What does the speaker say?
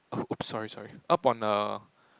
whoops sorry sorry up on the